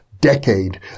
decade